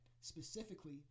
specifically